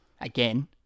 again